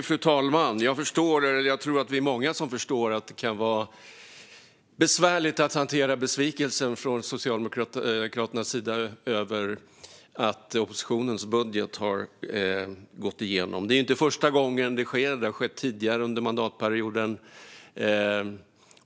Fru talman! Jag förstår - eller jag tror att vi är många som förstår - att det kan vara besvärligt att hantera besvikelsen från Socialdemokraternas sida över att oppositionens budget har gått igenom. Det är inte första gången det sker. Det har skett tidigare under mandatperioden.